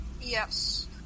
Yes